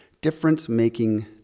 difference-making